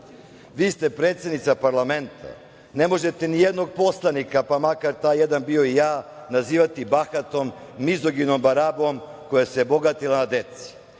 Vi ste predsednica parlamenta. Ne možete ni jednog poslanika, pa makar taj jedan bio ja, nazivati bahatom, mizogenom barabom koja se bogatila na deci,